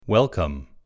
Welcome